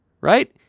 Right